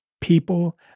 people